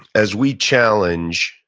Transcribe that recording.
as we challenge,